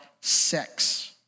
sex